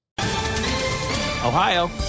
Ohio